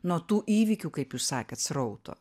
nuo tų įvykių kaip jūs sakėt srauto